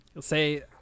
say